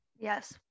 Yes